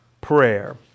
prayer